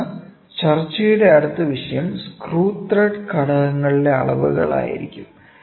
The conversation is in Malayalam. തുടർന്ന് ചർച്ചയുടെ അടുത്ത വിഷയം സ്ക്രൂ ത്രെഡ് ഘടകങ്ങളുടെ അളവുകൾ ആയിരിക്കും